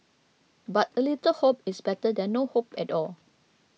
but a little hope is better than no hope at all